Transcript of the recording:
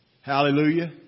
Hallelujah